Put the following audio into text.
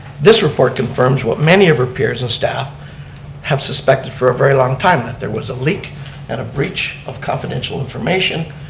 this report confirms what many of her peers and staff have suspected for a very long time, that there was a leak and a breach of confidential information,